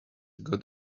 got